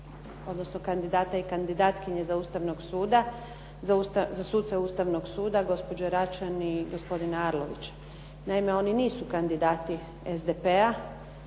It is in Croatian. odnosno kandidata i kandidatkinje Ustavnog suda, za suce Ustavnog suda, gospođe Račan i gospodina Arlovića. Naime, oni nisu kandidati SDP-a,